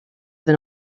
than